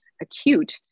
acute